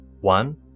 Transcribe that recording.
One